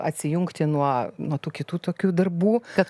atsijungti nuo nuo tų kitų tokių darbų kad